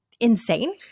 insane